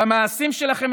במעשים שלכם,